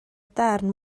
darn